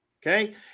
Okay